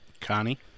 Connie